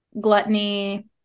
Gluttony